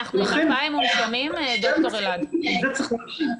את זה צריך להבין.